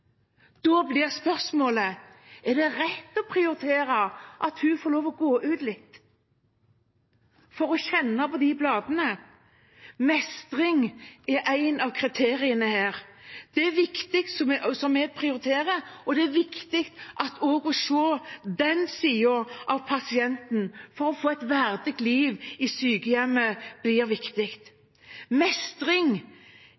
Da blir spørsmålet: Er det rett å prioritere at hun får lov til å gå ut litt for å kjenne på de bladene? Mestring er et av kriteriene vi prioriterer. Det er viktig også å se den siden av pasienten, for å få et verdig liv i sykehjemmet blir